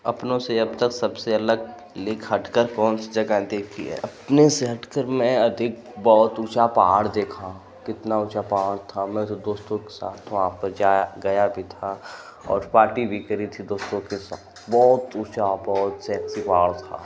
अपनों से अब तक सबसे अलग लीक हट कर कौन सी जगह देखी है अपने से हट कर मैं अधिक बहुत ऊँचा पहाड़ देखा कितना ऊँचा पहाड़ था मैं तो दोस्तों के साथ वहाँ पर जा गया भी था और पार्टी भी करी थी दोस्तों के साथ बहुत ऊँचा बहुत सेक्सी पहाड़ था